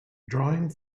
drawing